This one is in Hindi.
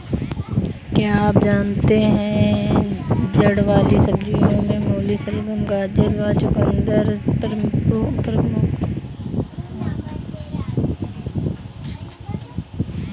क्या आप जानते है जड़ वाली सब्जियों में मूली, शलगम, गाजर व चकुंदर प्रमुख है?